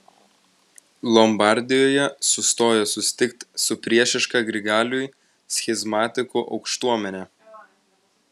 lombardijoje sustojo susitikti su priešiška grigaliui schizmatikų aukštuomene